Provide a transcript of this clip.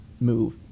move